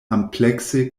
amplekse